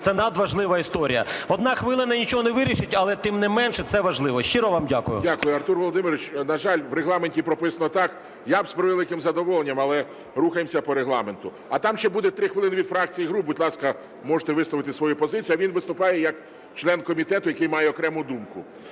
це надважлива історія. Одна хвилина нічого не вирішить, але, тим не менше, це важливо. Щиро вам дякую. ГОЛОВУЮЧИЙ. Дякую, Артур Володимирович. На жаль, в Регламенті прописано так. Я б з превеликим задоволенням, але рухаємося по Регламенту. А там ще буде 3 хвилини від фракцій і груп, будь ласка, можете висловити свою позицію, а він виступає як член комітету, який має окрему думку.